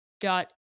got